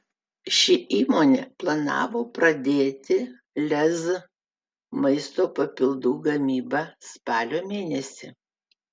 ši įmonė planavo pradėti lez maisto papildų gamybą spalio mėnesį